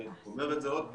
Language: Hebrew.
אני אומר את זה עוד פעם,